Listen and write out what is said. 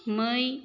मै